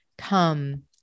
Come